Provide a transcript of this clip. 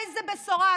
איזו בשורה.